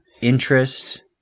interest